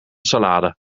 salade